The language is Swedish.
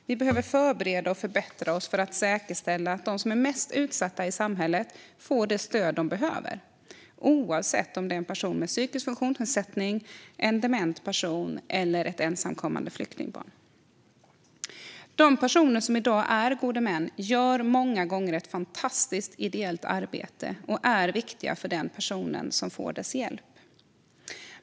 Vi behöver förbereda oss och förbättra för att säkerställa att de som är mest utsatta i samhället får det stöd de behöver, oavsett om det är en person med en psykisk funktionsnedsättning, en dement person eller ett ensamkommande flyktingbarn. De personer som i dag är gode män gör många gånger ett fantastiskt ideellt arbete och är viktiga för personerna som får deras hjälp.